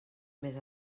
més